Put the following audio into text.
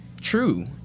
true